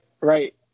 Right